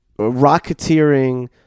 rocketeering